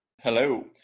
hello